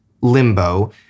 Limbo